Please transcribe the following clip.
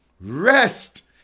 Rest